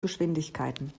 geschwindigkeiten